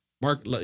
mark